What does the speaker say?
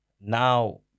now